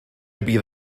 bydd